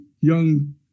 young